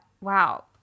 wow